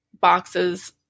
boxes